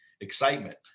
excitement